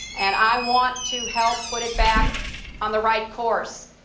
and i want to help put it back on the right course,